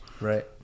Right